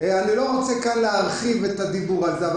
אני לא רוצה כאן להרחיב את הדיבור על זה אבל